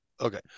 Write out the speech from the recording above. Okay